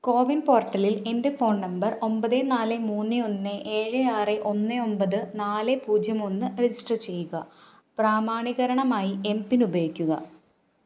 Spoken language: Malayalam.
കോവിൻ പോർട്ടലിൽ എൻ്റെ ഫോൺ നമ്പർ ഒമ്പത് നാല് മൂന്ന് ഒന്ന് ഏഴ് ആറ് ഒന്ന് ഒമ്പത് നാല് പൂജ്യം ഒന്ന് രജിസ്റ്റർ ചെയ്യുക പ്രാമാണീകരണമായി എം പിൻ ഉപയോഗിക്കുക